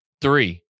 Three